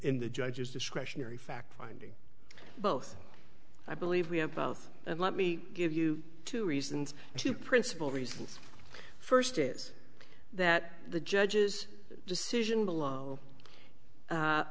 in the judge's discretionary fact finding both i believe we have both and let me give you two reasons two principal reasons first is that the judge's decision below